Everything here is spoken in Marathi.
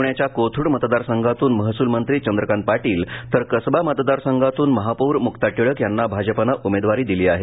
पुण्याच्या कोथरूड मतदार संघातून महसूल मंत्री चंद्रकांत पाटील तर कसबा मतदारसंघातून महापौर मुक्ता टिळक यांना भाजपानं उमेदवारी दिली आहे